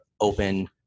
open